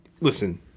Listen